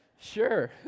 Sure